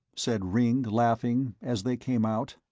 said ringg, laughing, as they came out.